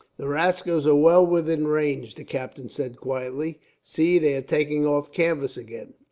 the rascals are well within range, the captain said quietly. see, they are taking off canvas again.